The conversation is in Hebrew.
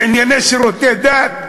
לענייני שירותי דת,